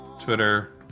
Twitter